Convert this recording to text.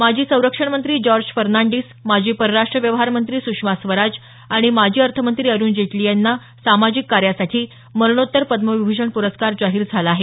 माजी संरक्षण मंत्री जॉर्ज फर्नांडिस माजी परराष्ट्र व्यवहार मंत्री सुषमा स्वराज आणि माजी अर्थमंत्री अरुण जेटली यांना सामाजिक कार्यासाठी मरणोत्तर पद्मविभूषण पुरस्कार जाहीर झाला आहे